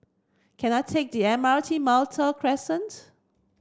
can I take the M R T Malta Crescent